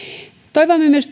toivomme myös